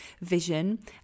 vision